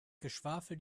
geschwafel